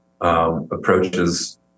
Approaches